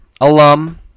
alum